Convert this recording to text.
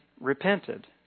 repented